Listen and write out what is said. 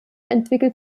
entwickelt